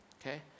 okay